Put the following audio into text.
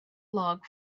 log